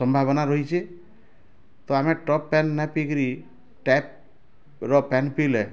ସମ୍ଭାବନା ରହିଛେ ତ ଆମେ ଟପ୍ ପାଏନ୍ ନାଇଁ ପିଇକିରି ଟ୍ୟାପ୍ ର ପାଏନ୍ ପିଇଲେ